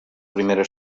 primera